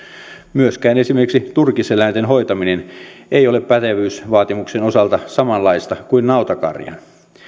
myöskään esimerkiksi turkiseläinten hoitaminen ei ole pätevyysvaatimuksen osalta samanlaista kuin nautakarjan